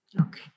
Okay